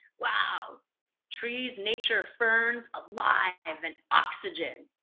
wow trees, nature, ferns, alive, have an oxygen.